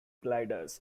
gliders